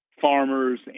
farmers